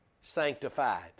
sanctified